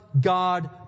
God